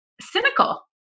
cynical